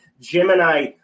Gemini